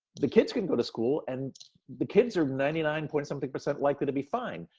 the kids can go to school and the kids are ninety nine point something percent likely to be fine.